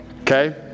Okay